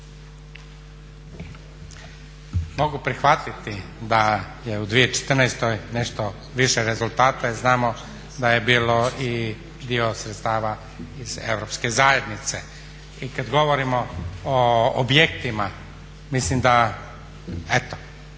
Mogu prihvatiti da je u 2014.nešto više rezultata jer znamo da je bilo i dio sredstava iz Europske zajednice. I kad govorimo o objektima mislim da, eto